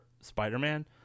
Spider-Man